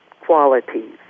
qualities